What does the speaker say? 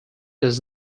does